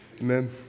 Amen